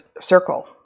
circle